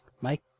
Mike